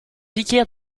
vicaire